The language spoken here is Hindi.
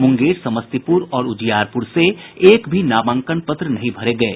मुंगेर समस्तीपुर और उजियारपुर से एक भी नामांकन पत्र दाखिल नहीं किये गये